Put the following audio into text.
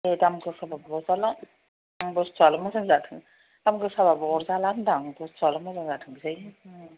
ए दाम गोसाबाबो अरजाला बस्थुआल' मोजां जाथों दाम गोसाबाबो अरजाला होनदां बस्थुआल' मोजां जाथोंसै